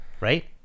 right